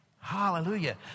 Hallelujah